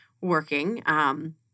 working